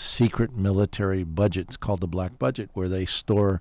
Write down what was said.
secret military budget is called the black budget where they store